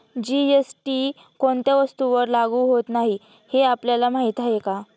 GST कोणत्या वस्तूंवर लागू होत नाही हे आपल्याला माहीत आहे का?